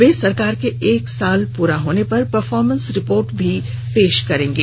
वे सरकार के एक साल पूरे होने पर परफॉरमेंस रिपोर्ट भी पेश करेंगे